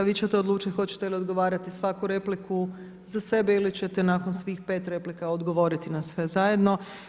Vi ćete odlučiti hoćete li odgovarati svaku repliku za sebe ili ćete nakon svih 5 replika odgovoriti na sve zajedno.